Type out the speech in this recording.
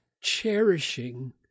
cherishing